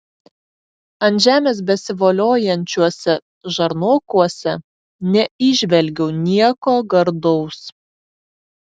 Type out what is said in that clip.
ant žemės besivoliojančiuose žarnokuose neįžvelgiau nieko gardaus